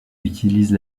utilise